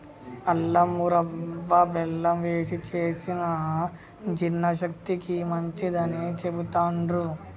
అల్లం మురబ్భ బెల్లం వేశి చేసిన జీర్ణశక్తికి మంచిదని చెబుతాండ్రు